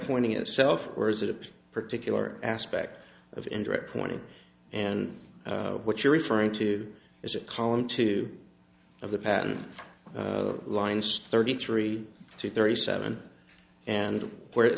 morning itself or is it a particular aspect of indirect pointing and what you're referring to is a column two of the patent lines thirty three to thirty seven and where it